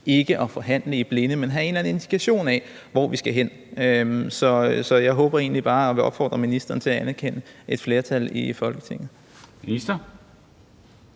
ikke at forhandle i blinde, men at have en eller anden indikation af, hvor vi skal hen. Så det håber jeg egentlig bare, og jeg vil opfordre ministeren til at anerkende et flertal i Folketinget. Kl.